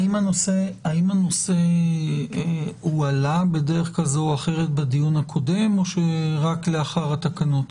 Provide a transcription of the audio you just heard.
האם הנושא הועלה בדרך כזו או אחרת בדיון הקודם או שרק לאחר התקנות?